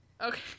Okay